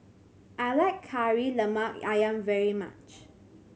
I like Kari Lemak Ayam very much